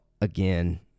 again